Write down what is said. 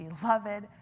beloved